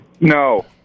No